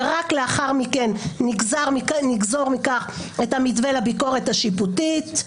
ורק לאחר מכן נגזור מכך את המתווה לביקורת השיפוטית.